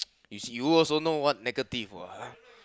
you see you also know what's negative what